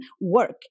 work